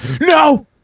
no